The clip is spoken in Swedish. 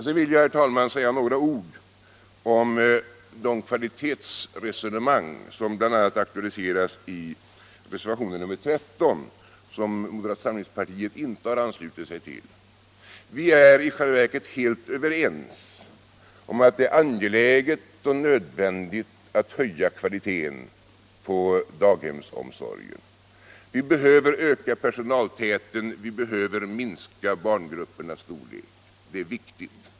Sedan vill jag säga några ord om de kvalitetsresonemang som aktualiseras i bl.a. reservationen 13, som moderata samlingspartiet inte har anslutit sig till. Vi är i själva verket helt överens om att det är angeläget och nödvändigt att höja kvaliteten på daghemsomsorgen. Vi behöver öka personaltätheten, vi behöver minska barngruppernas storlek. Det är viktigt.